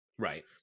right